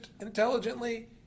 intelligently